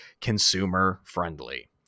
consumer-friendly